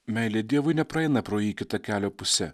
meilė dievui nepraeina pro jį kita kelio puse